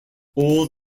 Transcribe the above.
all